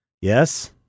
yes